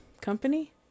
company